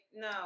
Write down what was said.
no